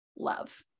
love